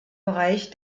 bereich